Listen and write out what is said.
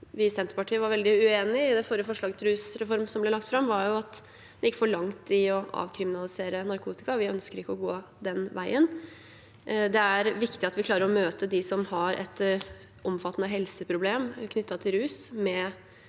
vi i Senterpartiet var veldig uenige i i det forrige forslaget til rusreform som ble lagt fram, var at det gikk for langt i å avkriminalisere narkotika. Vi ønsker ikke å gå den veien. Det er viktig at vi klarer å møte dem som har et omfattende helseproblem knyttet til rus,